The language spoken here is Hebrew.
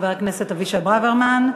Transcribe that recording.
חבר הכנסת אבישי ברוורמן.